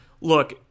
look